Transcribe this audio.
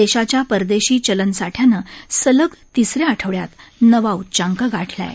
देशाच्या परदेशी चलन साठ्यानं सलग तिसऱ्या आठवड्यात नवा उच्चांक गाठला आहे